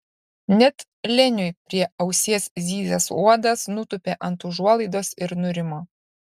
net leniui prie ausies zyzęs uodas nutūpė ant užuolaidos ir nurimo